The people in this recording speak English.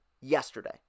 yesterday